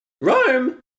Rome